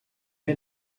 est